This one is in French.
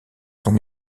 sont